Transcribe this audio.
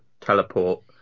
teleport